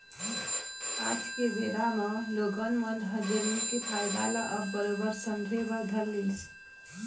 आज के बेरा म लोगन मन ह जमीन के फायदा ल अब बरोबर समझे बर धर लिस